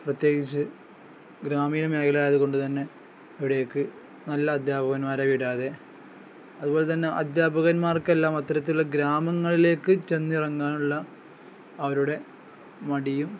പ്രത്യേകിച്ച് ഗ്രാമീണ മേഖലയായതു കൊണ്ടുതന്നെ ഇവിടേക്ക് നല്ല അധ്യാപകന്മാരെ വിടാതെ അതുപോലെ തന്നെ അധ്യാപകന്മാർക്കല്ലാം അത്തരത്തിലുള്ള ഗ്രാമങ്ങളിലേക്കു ചെന്നിറങ്ങാനുള്ള അവരുടെ മടിയും